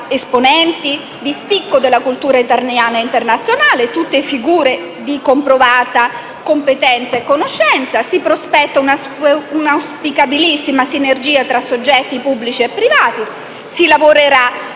esponenti di spicco della cultura italiana e internazionale, tutte figure di comprovata competenza e conoscenza. Si prospetta una auspicabilissima sinergia tra soggetti pubblici e privati. Si lavorerà